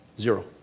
Zero